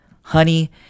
honey